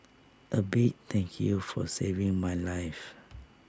A big thank you for saving my life